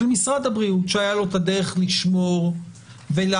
של משרד הבריאות שהיתה לו הדרך לשמור ולהפיק,